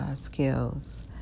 skills